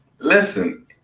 listen